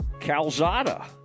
Calzada